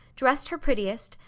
dressed her prettiest,